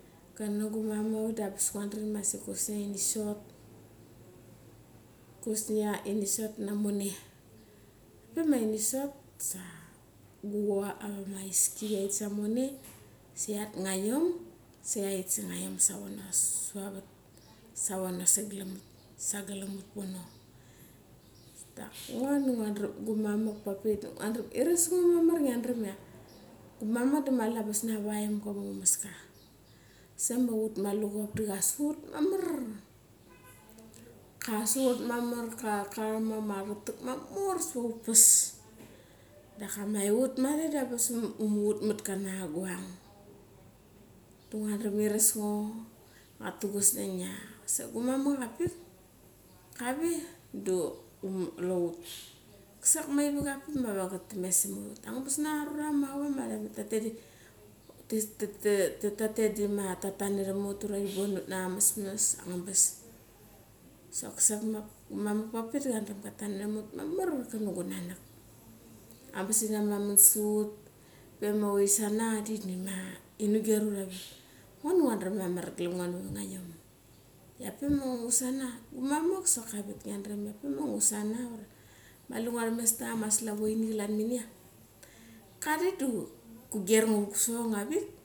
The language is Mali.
Kana gumamak da angabas nguadaram ia asik kusnia ini sot. Kusnia ini sot na mone. Pema ini sot. sa gucha ara ma aiski kiaet sa moni sa kiat nga iom da kia et sa nga iom sa kiaet ngo iom da kiaet nga iom da kiaet sa nga iom sa kiaet nga iom sa kiaet nga iom savono savat avat sagalam ut pono. Dak ngo da gumamak da mali angabas na avaimga ma umaska, kusek ma ut ma alevop da ka suat mamar. Karak ama aratak ma mor savat out pas. Daka ma aiut marik da angabas umu chat matka nanga guang. Da ngua dram iras ngo, da nguatu gu snang ia sok gumamok avak pik kave da kule ut. Kusek ma kivicha arak pik ma kave ka thames samat ut angabas nanga arura mavangam ma tatet da tha tat niram ut. Ura thi ban ut nanga masmas, sok kusek ma mamga avak pik ma kandram ka taniram ut mamar kanam ma gunanak. Angabas ina meramon sa ut, pe ma ut sana da ini guer ut arik. Ngo da ngua dram amar glem ngo navat nga iom. Ia pe ma usana, gumamak sok karet so ka guer ngo rat gusochoug avik.